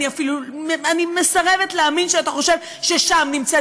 אני מסרבת להאמין שאתה חושב ששם נמצאת